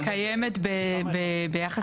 היא קיימת ביחס לבניין בודד.